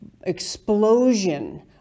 explosion